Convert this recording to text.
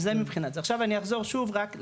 זה מבחינת זה, עכשיו אני אחזור שוב רק לדברים,